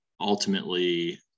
Ultimately